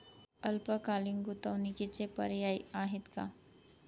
अल्पकालीन गुंतवणूकीचे पर्याय आहेत का?